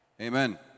Amen